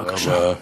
בבקשה.